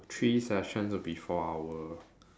three sessions to be four hours